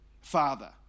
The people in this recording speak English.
Father